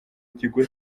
kigo